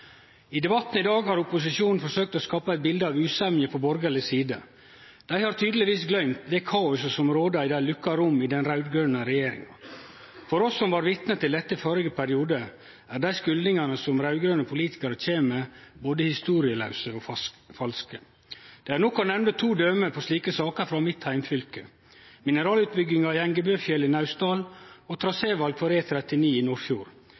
I debatten i dag har opposisjonen forsøkt å skape eit bilde av usemje på borgarleg side. Dei har tydelegvis gløymt det kaoset som rådde i dei lukka romma i den raud-grøne regjeringa. For oss som var vitne til dette i førre periode, er dei skuldingane som raud-grøne politikarar kjem med, både historielause og falske. Det er nok å nemne to døme på slike saker frå mitt heimfylke: mineralutbygginga i Engebøfjellet i Naustdal og traséval for E39 i Nordfjord.